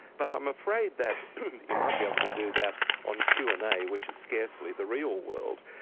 but i'm afraid that you might be able to do that on q and a, which is scarcely the real world,